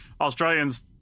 australians